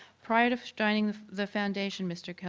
prior to joining the foundation, mr.